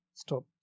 stop